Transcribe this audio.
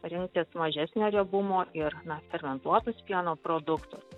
rinktis mažesnio riebumo ir na fermentuotus pieno produktus